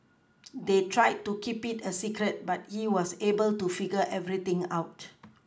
they tried to keep it a secret but he was able to figure everything out